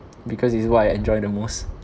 because it's what I enjoy the most